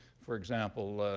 for example,